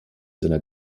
seiner